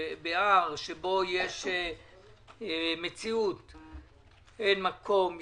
בהר שבו יש מציאות כזאת אין מקום,